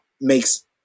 makes